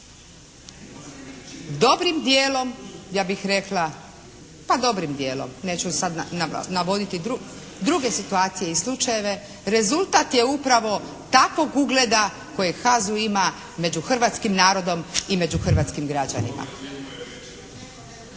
dobrim dijelom ja bih rekla, dobrijm dijelom neću sada navoditi druge situacije i slučajeve, rezultat je upravo takvog ugleda kojeg HAZ-u ima među hrvatskim narodom i među hrvatskim građanima.